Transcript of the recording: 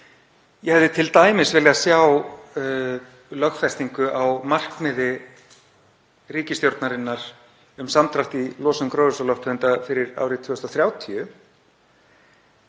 Ég hefði t.d. viljað sjá lögfestingu á markmiði ríkisstjórnarinnar um samdrátt í losun gróðurhúsalofttegunda fyrir árið 2030.